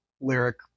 lyric